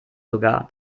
sogar